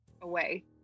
away